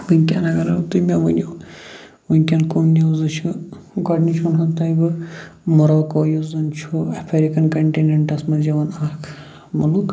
ؤنکیٚن اگر تُہۍ مےٚ ؤنیُو ؤنکیٚن کٔم نوزٕ چھِ گۄڈٕنِچ وَنہٕ ہَو تۄہہِ بہٕ موروقو یُس زَنہِ چھِ اَٮ۪فَریٖکہ کَنٹِنٮ۪ٹَس منٛز یِوان اَکھ مُلُک